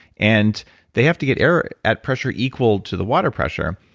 and they have to get air at pressure equal to the water pressure.